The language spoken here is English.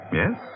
yes